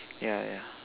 yeah yeah